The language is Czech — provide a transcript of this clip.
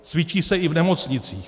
Cvičí se i v nemocnicích.